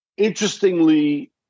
Interestingly